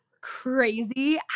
crazy